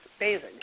Amazing